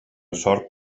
sort